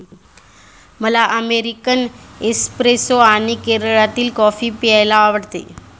मला American espresso आणि केरळातील कॉफी प्यायला आवडते